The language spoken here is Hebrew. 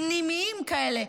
פנימיים כאלה,